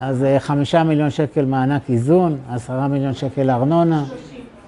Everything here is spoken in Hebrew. אז חמישה מיליון שקל מענק איזון, עשרה מיליון שקל ארנונה.